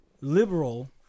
liberal